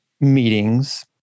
meetings